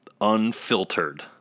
unfiltered